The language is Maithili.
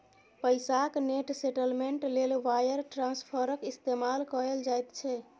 पैसाक नेट सेटलमेंट लेल वायर ट्रांस्फरक इस्तेमाल कएल जाइत छै